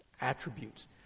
attributes